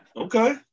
okay